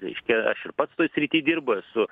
reiškia aš ir pats toj srity dirbu esu